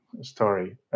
story